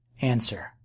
Answer